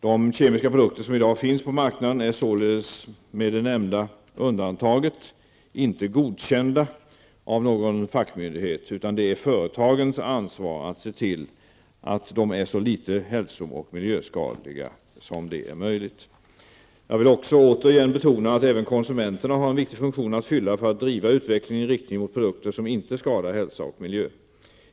De kemiska produkter som i dag finns på marknaden är således med det nämnda undantaget inte ''godkända'' av någon fackmyndighet, utan det är företagens ansvar att se till att de är så litet hälsooch miljöskadliga som möjligt. Jag vill också återigen betona att även konsumenterna har en viktig funktion att fylla för att driva utvecklingen i riktning mot produkter som inte skadar hälsa och miljö.